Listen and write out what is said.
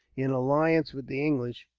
in alliance with the english,